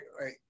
right